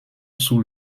sous